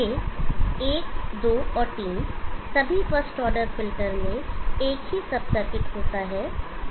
ये एक दो और तीन सभी फर्स्ट ऑर्डर फिल्टर में एक ही सब सर्किट होता है